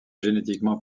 génétiquement